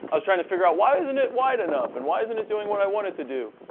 i was trying to figure out why isn't it wide enough and why isn't it doing what i wanted to do.